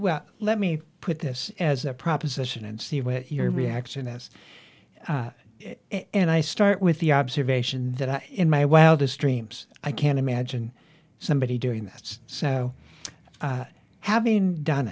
well let me put this as a proposition and see what your reaction has and i start with the observation that in my wildest dreams i can't imagine somebody doing that so having done